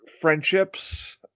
friendships